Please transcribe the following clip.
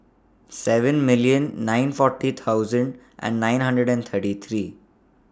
seven million nine forty thousand and nine hundred and thirty three